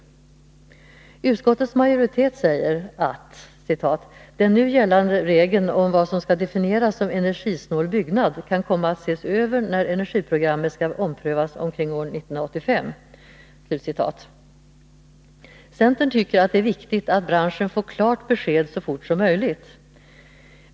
Utskottets majoritet säger att ”den nu gällande regeln om vad som skall definieras som energisnål byggnad kan komma att ses över när energiprogrammet skall omprövas omkring år 1985”. Centern tycker att det är viktigt att branschen får klart besked så fort som möjligt.